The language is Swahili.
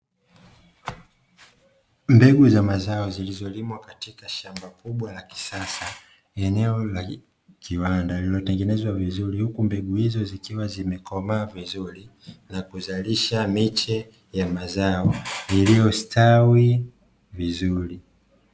Mbegu za mazao zilizolimwa katika shamba kubwa la kisasa, eneo la kiwanda lililotengenezwa vizuri, huku mbegu hizo zikiwa zimekomaa vizuri, na kuzalisha miche ya mazao iliyostawi vizuri.